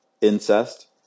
incest